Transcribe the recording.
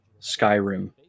Skyrim